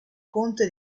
conte